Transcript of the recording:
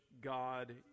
God